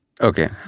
Okay